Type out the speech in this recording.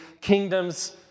kingdoms